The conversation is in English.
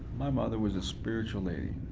my mother was a spiritual lady.